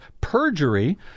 perjury